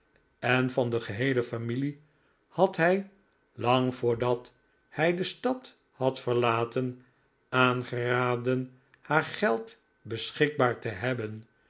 en van de geheele familie had hij lang voordat hij de stad had verlaten aangeraden haar geld beschikbaar te hebben